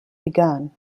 begun